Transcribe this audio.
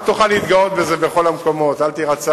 רק תוכל להתגאות בזה בכל המקומות, אל תירתע